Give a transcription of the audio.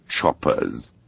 choppers